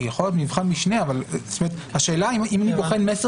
היא יכולה להיות מבחן משנה אבל השאלה אם אני בוחן מסר